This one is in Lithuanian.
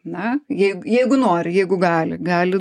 na jeig jeigu nori jeigu gali gali